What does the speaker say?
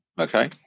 okay